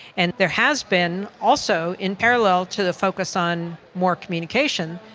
and there has been also, in parallel to the focus on more communication,